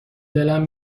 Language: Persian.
دلم